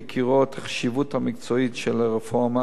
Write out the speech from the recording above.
בהכירו את החשיבות המקצועית של הרפורמה,